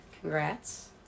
Congrats